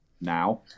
now